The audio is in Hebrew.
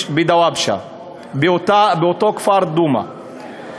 דוואבשה, באותו כפר, דומא.